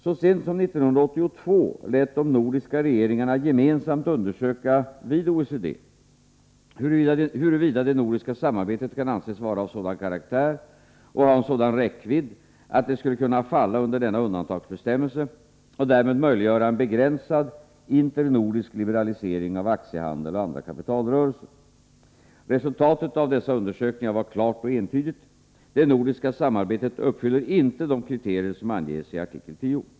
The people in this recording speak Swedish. Så sent som 1982 lät de nordiska regeringarna gemensamt undersöka vid OECD huruvida det nordiska samarbetet kan anses vara av en sådan karaktär och ha en sådan räckvidd att det skulle kunna falla under denna undantagsbestämmelse och därmed möjliggöra en begränsad, internordisk liberalisering av aktiehandel och andra kapitalrörelser. Resultatet av dessa undersökningar var klart och entydigt: det nordiska samarbetet uppfyller inte de kriterier som anges i artikel 10.